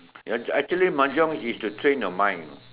ya actually Mahjong is to train your mind you know